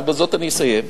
ובזאת אני אסיים,